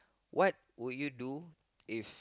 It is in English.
what would you do if